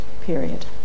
period